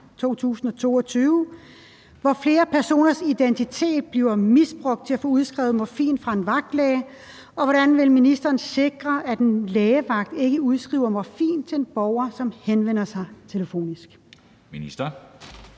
2022, hvor flere personers identitet bliver misbrugt til at få udskrevet morfin fra en vagtlæge, og hvordan ministeren vil sikre, at en lægevagt ikke udskriver morfin til en borger, som henvender sig telefonisk. Kl.